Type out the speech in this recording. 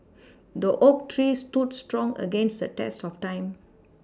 the oak tree stood strong against the test of time